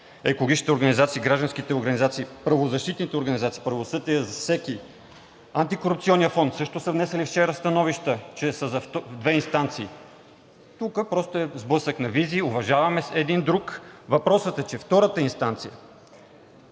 екологичните организации, гражданските организации, правозащитните организации, „Правосъдие за всеки“, Антикорупционният фонд също са внесли вчера становища, че са за две инстанции. Тук просто е сблъсък на визия, уважаваме се един друг, но въпросът е, че втората инстанция